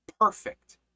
perfect